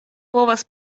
povas